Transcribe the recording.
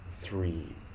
three